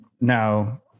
now